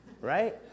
right